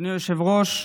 אדוני היושב-ראש,